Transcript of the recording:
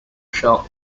shall